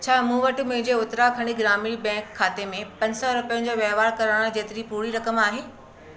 छा मूं वटि मुंहिंजे उत्तराखंड ग्रामीण बैंक खाते में पंज सौ रुपियनि जो वहिंवारु करणु जेतिरी पूरी रक़म आहे